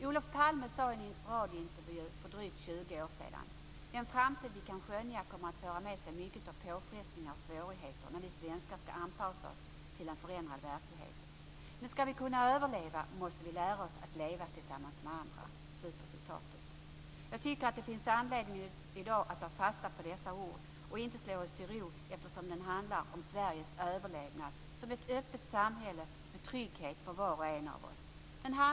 Olof Palme sade i en radiointervju för drygt 20 år sedan: "Den framtid vi kan skönja kommer att föra med sig mycket av påfrestningar och svårigheter, när vi svenskar skall anpassa oss till en förändrad verklighet. Men skall vi kunna överleva måste vi lära oss att leva tillsammans med andra." Jag tycker att det finns anledning att i dag ta fasta på dessa ord och inte slå oss till ro. Det handlar om Sveriges överlevnad som ett öppet samhälle med trygghet för var och en av oss.